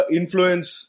influence